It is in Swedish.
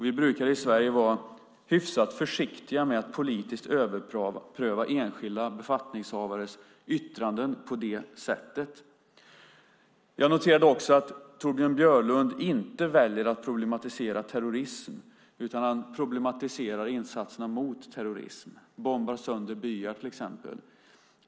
Vi brukar i Sverige vara hyfsat försiktiga med att politiskt överpröva enskilda befattningshavares yttranden på det sättet. Jag noterade också att Torbjörn Björlund inte väljer att problematisera terrorism, utan han problematiserar insatserna mot terrorism, till exempel att bomba sönder byar.